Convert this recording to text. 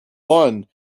one